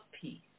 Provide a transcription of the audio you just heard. peace